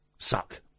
Suck